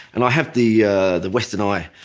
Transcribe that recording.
and i have the ah the western eye.